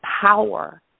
power